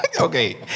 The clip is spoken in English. Okay